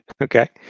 Okay